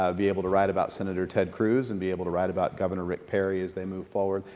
ah be able to write about senator ted cruz and be able to write about governor rick perry as they move forward.